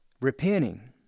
repenting